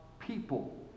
people